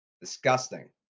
disgusting